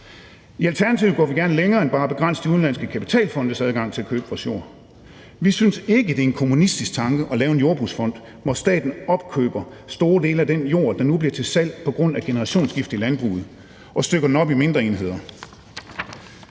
I Alternativet går vi gerne længere end bare at begrænse de udenlandske kapitalfondes adgang til at købe vores jord. Vi synes ikke, det er en kommunistisk tanke at lave en jordbrugsfond, hvor staten opkøber store dele af den jord, der nu bliver til salg på grund af generationsskifte i landbruget, og stykker den op i mindre enheder,